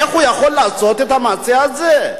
איך הוא יכול לעשות את המעשה הזה?